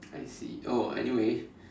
I see oh anyway